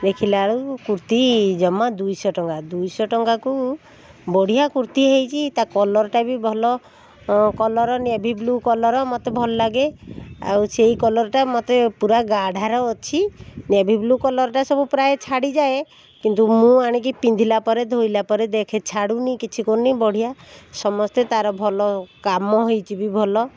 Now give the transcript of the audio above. ଦେଖିଲାବେଳକୁ କୁର୍ତ୍ତୀ ଜମା ଦୁଇଶହ ଟଙ୍କା ଦୁଇଶହ ଟଙ୍କାକୁ ବଢ଼ିଆ କୁର୍ତ୍ତୀ ହେଇଛି ତା କଲରଟା ବି ଭଲ କଲର ନେଭିବ୍ଲୁ କଲର ମୋତେ ଭଲ ଲାଗେ ଆଉ ସେହି କଲରଟା ମୋତେ ପୁରା ଗାଢ଼ାର ଅଛି ନେଭିବ୍ଲୁ କଲରଟା ସବୁ ପ୍ରାୟ ଛାଡ଼ିଯାଏ କିନ୍ତୁ ମୁଁ ଆଣିକି ପିନ୍ଧିଲା ପରେ ଧୋଇଲା ପରେ ଦେଖେ ଛାଡ଼ୁନି କିଛି କରୁନି ବଢ଼ିଆ ସମସ୍ତେ ତା'ର ଭଲ କାମ ହେଇଛି ବି ଭଲ